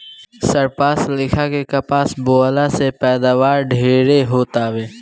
सरपास लेखा के कपास बोअला से पैदावार ढेरे हो तावे